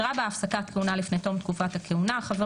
הפסקת כהונה לפני תום תקופת הכהונה 8ד. (א)"חבר